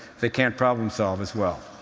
they can't problem-solve as well.